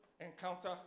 encounter